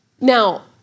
Now